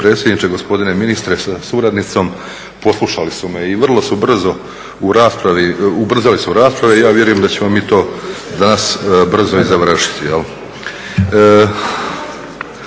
potpredsjedniče, gospodine ministre sa suradnicom poslušali su me i vrlo su brzo u raspravi, ubrzali su rasprave i ja vjerujem da ćemo mi to danas brzo i završiti.